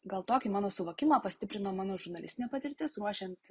gal tokį mano suvokimą pastiprino mano žurnalistinė patirtis ruošiant